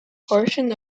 portion